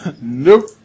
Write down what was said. Nope